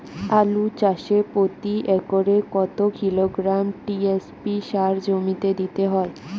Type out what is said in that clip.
আলু চাষে প্রতি একরে কত কিলোগ্রাম টি.এস.পি সার জমিতে দিতে হয়?